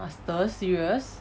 master's serious